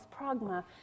pragma